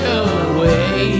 away